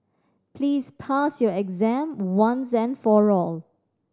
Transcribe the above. please pass your exam once and for all